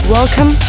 Welcome